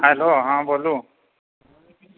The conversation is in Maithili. हैलो हँ बोलू